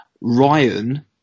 Ryan